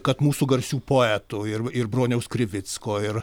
kad mūsų garsių poetų ir ir broniaus krivicko ir